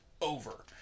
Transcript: over